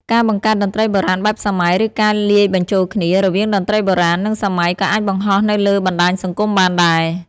ការបង្កើតតន្ត្រីបុរាណបែបសម័យ ឬការលាយបញ្ចូលគ្នា រវាងតន្ត្រីបុរាណ និងសម័យក៏អាចបង្ហោះនៅលើបណ្ដាញសង្គមបានដែរ។